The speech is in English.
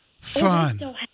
Fun